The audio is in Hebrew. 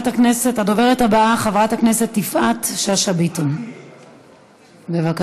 הדוברת הבאה, חברת הכנסת יפעת שאשא ביטון, בבקשה,